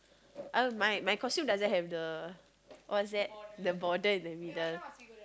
I don't my my costume doesn't have the what's that the border in the middle